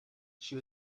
she